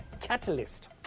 catalyst